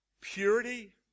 purity